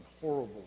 horrible